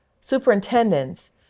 superintendents